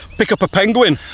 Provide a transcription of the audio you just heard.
pick up a penguin.